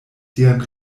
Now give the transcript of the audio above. sian